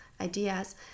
ideas